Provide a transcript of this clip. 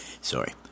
sorry